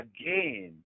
again